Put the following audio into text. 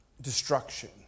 destruction